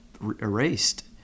erased